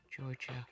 Georgia